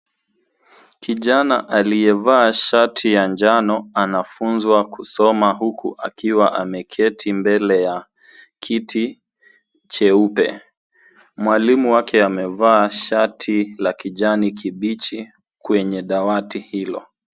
Kijana aliyevaa shati ya njano anafunzwa kusoma huku akiwa ameketi mbele ya kiti cheupe. Mwalimu wake amevaa shati la kijani kibichi kwenye dawati hilo.